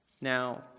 Now